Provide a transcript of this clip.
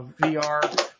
VR